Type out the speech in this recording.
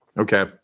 Okay